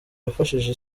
yafashije